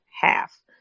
half